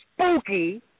spooky